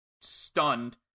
stunned